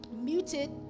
muted